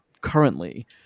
currently